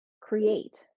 create